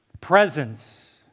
presence